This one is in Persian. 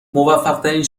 موفقترین